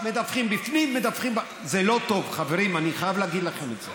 אקוניס, אתה מכיר אותי ואני מכיר אותך.